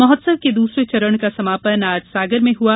महोत्सव के दूसरे चरण का समापन आज सागर में हुआ